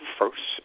first